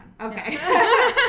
Okay